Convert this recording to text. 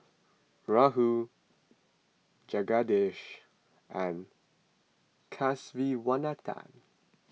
Rahul Jagadish and Kasiviswanathan